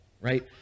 right